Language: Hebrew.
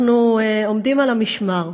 אנחנו עומדים על המשמר.